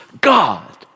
God